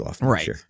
right